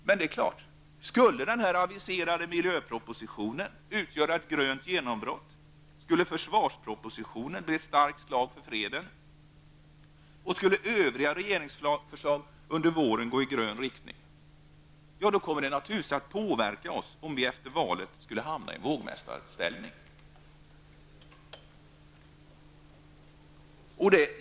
Men skulle den aviserade miljöpropositionen utgöra ett grönt genombrott och skulle försvarspropositionen bli ett starkt slag för freden, skulle övriga regeringsförslag under våren få en grön inriktning, då skulle det naturligtvis påverka oss om vi efter valet hamnar i vågmästarställning.